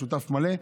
שותף מלא.